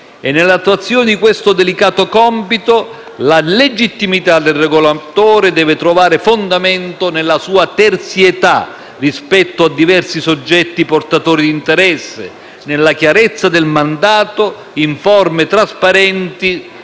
Nell'attuazione di questo delicato compito, la legittimità del regolatore deve trovare fondamento nella sua terzietà rispetto ai diversi soggetti portatori di interesse, nella chiarezza del mandato, in forme trasparenti